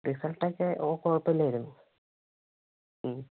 റിസൾട്ടൊക്കെ ഓ കുഴപ്പില്ലായിരുന്നു മ്മ്